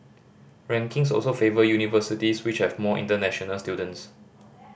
rankings also favour universities which have more international students